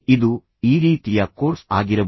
ಇದು ಈ ರೀತಿಯ ಕೋರ್ಸ್ ಆಗಿರಬಹುದು